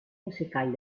musical